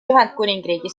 ühendkuningriigi